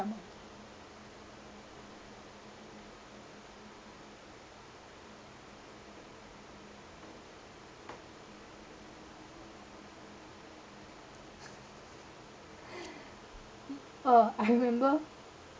oh I remember